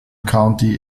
county